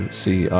see